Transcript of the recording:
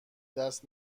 دست